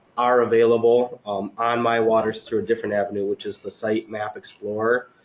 are available on miwaters through a different avenue, which is the site map explorer.